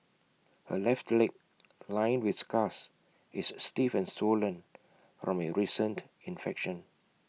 her left leg lined with scars is stiff and swollen from A recent infection